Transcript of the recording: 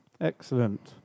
Excellent